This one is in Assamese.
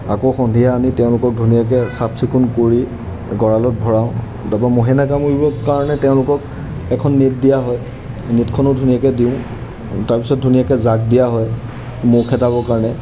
আকৌ সন্ধিয়া আনি তেওঁলোকক ধুনীয়াকৈ চাফ চিকুণ কৰি গঁৰালত ভৰাওঁ তাৰপৰা মহে নাকামোৰিবৰ কাৰণে তেওঁলোকক এখন নেট দিয়া হয় নেটখনো ধুনীয়াকৈ দিওঁ তাৰপিছত ধুনীয়াকৈ যাগ দিয়া হয় মহ খেদাবৰ কাৰণে